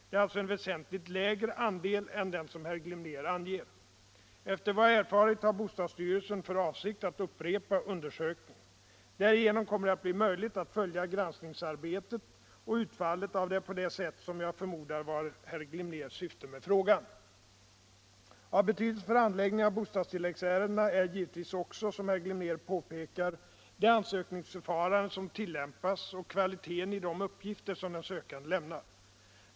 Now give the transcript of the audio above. Det är alltså en väsentligt lägre andel än den som herr Glimnér anger. Efter vad jag har erfarit har bostadsstyrelsen för avsikt att upprepa undersökningen. Därigenom kommer det att bli möjligt att följa granskningsarbetet och utfallet av det på det sätt som jag förmodar var herr Glimnérs syfte med frågan. Av betydelse för handläggningen av bostadstilläggsärenden är givetvis också, som herr Glimnér påpekar, det ansökningsförfarande som tillämpas och kvaliteten i de uppgifter som den sökande lämnar.